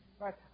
Right